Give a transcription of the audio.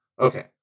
Okay